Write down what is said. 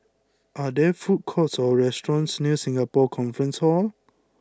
are there food courts or restaurants near Singapore Conference Hall